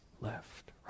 left